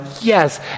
yes